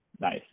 Nice